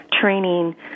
training